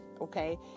okay